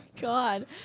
god